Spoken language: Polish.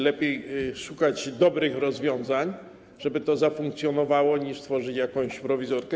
Lepiej szukać dobrych rozwiązań, żeby to zafunkcjonowało, niż tworzyć jakąś prowizorkę.